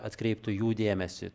atkreiptų jų dėmesį